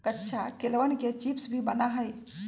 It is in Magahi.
कच्चा केलवन के चिप्स भी बना हई